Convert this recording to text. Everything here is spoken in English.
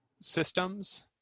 systems